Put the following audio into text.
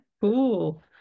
cool